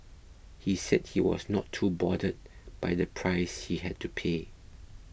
he said he was not too bothered by the price he had to pay